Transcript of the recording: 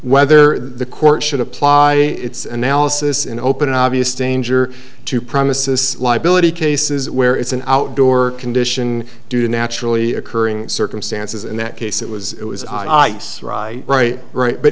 whether the court should apply its analysis in open obvious danger to promises liability cases where it's an outdoor condition do naturally occurring circumstances in that case it was it was on ice right right right but